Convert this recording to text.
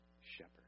shepherd